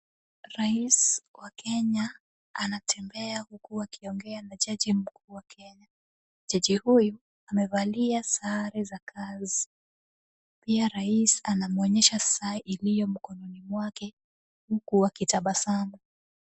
Rais wa Kenya anatembea huku akiongea na jaji mkuu wa Kenya. Jaji huyu amevalia sare za kazi. Pia rais anamwonyesha saa ilio mkononi mwake huku wakitabasamu.